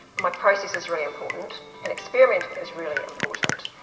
my process is very important and experimenting is really important.